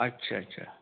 আচ্ছা আচ্ছা